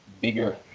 bigger